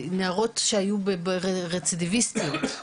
נערות שהיו רצידיוויסטיות (מועדות לעבירות חוזרות),